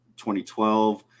2012